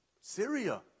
Syria